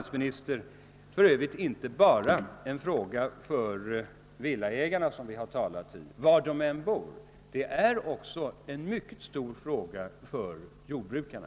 Detta är för övrigt inte en fråga bara för villaägarna, var de än bor, utan det är också en mycket stor fråga för jordbrukarna.